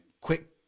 quick